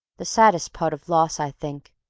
the saddest part of loss, i think,